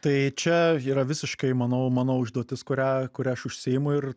tai čia yra visiškai manau mano užduotis kurią kuria aš užsiimu ir